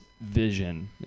vision